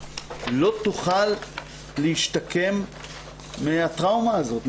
לא תוכל להשתקם מן הטראומה הזאת,